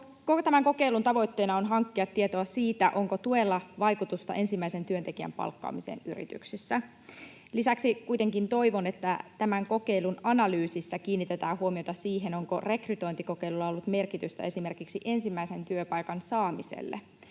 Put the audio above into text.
tämän kokeilun tavoitteena on hankkia tietoa siitä, onko tuella vaikutusta ensimmäisen työntekijän palkkaamiseen yrityksessä. Lisäksi kuitenkin toivon, että tämän kokeilun analyysissä kiinnitetään huomiota siihen, onko rekrytointikokeilulla ollut merkitystä esimerkiksi ensimmäisen työpaikan saamiselle,